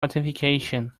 authentication